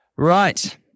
Right